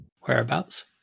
Whereabouts